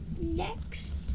next